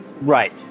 Right